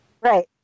Right